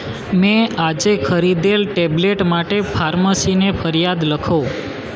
મેં આજે ખરીદેલ ટેબ્લેટ માટે ફાર્મસીને ફરિયાદ લખો